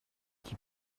qui